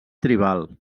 tribal